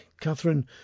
Catherine